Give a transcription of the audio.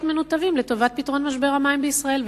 מנותבים לטובת פתרון משבר המים בישראל,